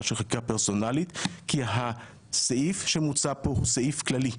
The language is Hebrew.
של חקיקה פרסונלית כי הסעיף שמוצע כאן הוא סעיף כללי.